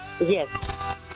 Yes